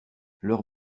leurs